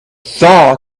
thaw